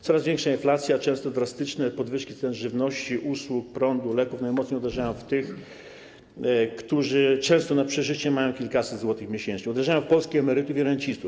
Coraz większa inflacja, często drastyczne podwyżki cen żywności, usług, prądu, leków najmocniej uderzają w tych, którzy często na przeżycie mają kilkaset złotych miesięcznie, uderzają w polskich emerytów i rencistów.